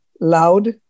loud